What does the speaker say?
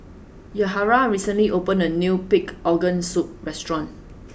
Yahaira recently opened a new Pig'S Organ Soup restaurant